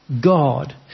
God